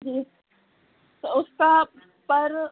जी तो उसका पर